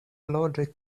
loĝi